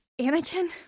Anakin